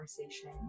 conversation